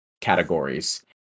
categories